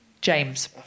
James